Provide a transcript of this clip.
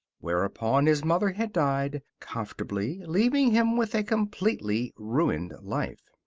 whereupon his mother had died, comfortably, leaving him with a completely ruined life.